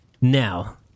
now